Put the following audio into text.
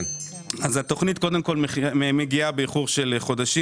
התכנית מגיעה באיחור של חודשים.